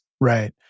Right